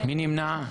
נמנע?